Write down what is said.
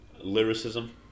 lyricism